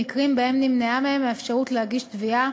במקרים שבהם נמנעה מהם האפשרות להגיש תביעה